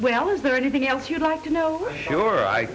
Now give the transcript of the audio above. well is there anything else you'd like to know sure i